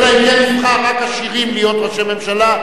אלא אם כן נבחר רק עשירים להיות ראשי ממשלה.